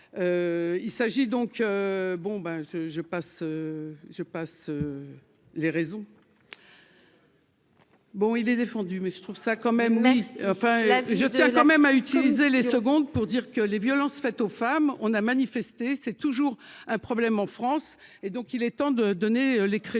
il s'agit donc bon ben je je passe, je passe les raisons. Bon, il est défendu mais je trouve ça quand même, mais enfin là je tiens quand même à utiliser les secondes pour dire que les violences faites aux femmes, on a manifesté, c'est toujours un problème en France et donc il est temps de donner les crédits